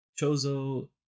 chozo